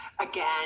again